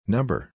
Number